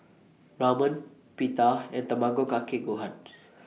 Ramen Pita and Tamago Kake Gohan